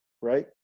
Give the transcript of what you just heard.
right